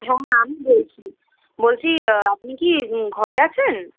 হ্যাঁ আমি বলছি বলছি আপনি কি ঘরে আছেন